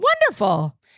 Wonderful